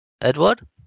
Edward